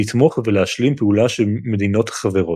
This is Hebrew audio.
לתמוך ולהשלים פעולה של מדינות החברות,